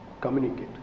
communicate